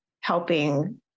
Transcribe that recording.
helping